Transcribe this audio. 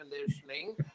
conditioning